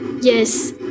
Yes